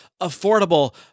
affordable